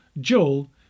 Joel